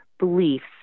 beliefs